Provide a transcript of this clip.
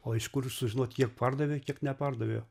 o iš kur sužinot kiek pardavė kiek nepardavė